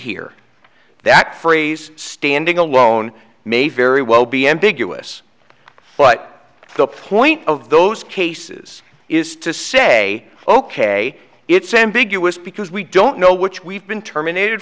here that phrase standing alone may very well be ambiguous but the point of those cases is to say ok it's ambiguous because we don't know which we've been terminated